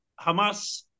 Hamas